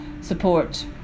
support